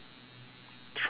trolley